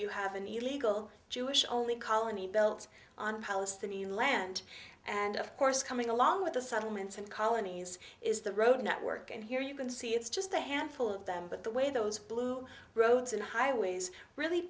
you have an illegal jewish only colony built on palestinian land and of course coming along with the settlements and colonies is the road network and here you can see it's just a handful of them but the way those blue roads and highways really